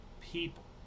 people